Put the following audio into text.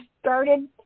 started